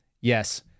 yes